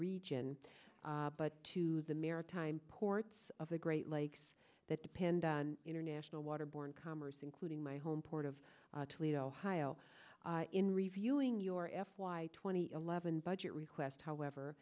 region but to the maritime ports of the great lakes that depend on international water borne commerce including my home port of toledo ohio in reviewing your f y twenty eleven budget request however